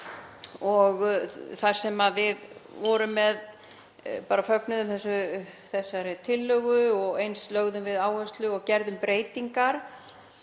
þar sem við fögnuðum þessari tillögu og eins lögðum við áherslu og gerðum breytingar.